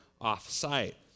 off-site